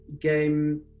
game